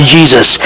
Jesus